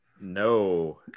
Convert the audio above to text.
No